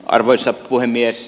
arvoisa puhemies